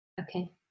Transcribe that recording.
okay